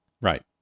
Right